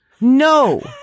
No